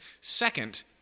Second